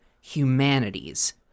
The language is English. Humanities